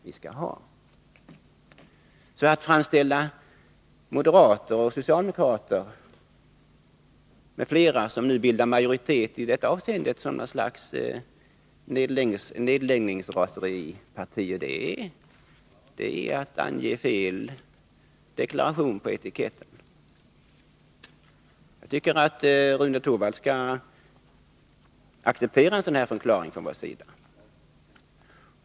Att i detta avseende framställa moderater, socialdemokrater och andra som nu bildar majoritet som partier som drabbats av nedläggningsraseri är att ange felaktig deklaration på etiketten. Jag tycker att Rune Torwald skall acceptera den här förklaringen från vår sida.